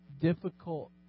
difficult